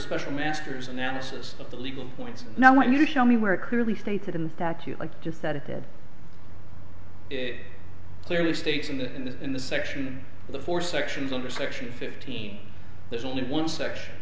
special masters analysis of the legal points now when you show me where it clearly stated in the statute just said it did it clearly states in the in the in the section the four sections under section fifteen there's only one section